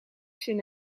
zin